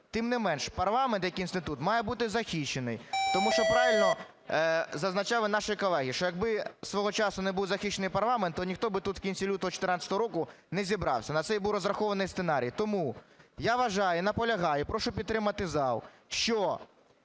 тим не менше парламент як інститут має бути захищений, тому що правильно зазначали наші колеги, що якби свого часу не був захищений парламент, то ніхто би тут в кінці лютого 14-го року не зібрався. На це і був розрахований сценарій. Тому я вважаю і наполягаю, і прошу підтримати зал, що